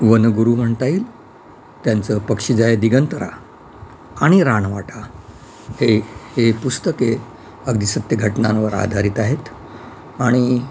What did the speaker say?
वनगुरु म्हणता येईल त्यांचं पक्षी जाय दिगंतरा आणि रानवाटा हे हे पुस्तके अगदी सत्य घटनांवर आधारित आहेत आणि